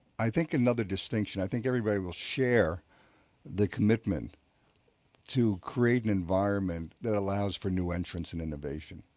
i think another distinction, i think everybody will share the commitment to create an environment that allows for new entrance and innovation,